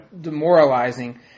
demoralizing